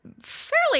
Fairly